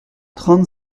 trente